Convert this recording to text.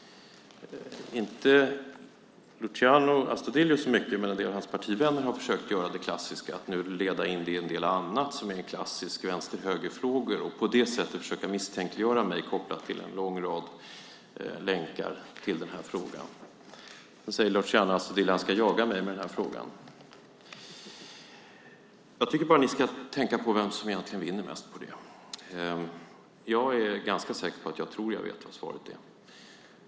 Inte så mycket Luciano Astudillo, men en del av hans partivänner, har försökt att göra det klassiska att leda in en del annat som är klassiska vänster-höger-frågor och på det sättet försöka misstänkliggöra mig kopplat till en lång rad länkar till den här frågan. Luciano Astudillo säger att han ska jaga mig med frågan. Jag tycker att ni ska tänka på vem som egentligen vinner mest på det. Jag är ganska säker på att jag vet svaret.